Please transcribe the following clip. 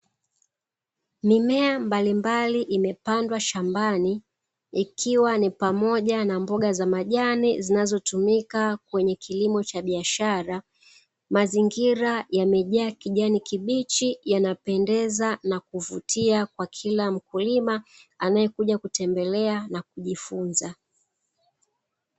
Mimea mbalimbali imepandwa shambani, ikiwa ni pamoja na mboga za majani zinazotumika kwenye kilimo cha biashara. Mazingira yamejaa kijani kibichi yanapendeza na kuvutia kwa kila mkulima anaekuja kutembelea na kujifunza.